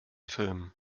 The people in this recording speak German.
film